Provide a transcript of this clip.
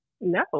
no